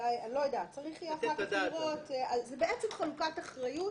זאת בעצם חלוקת אחריות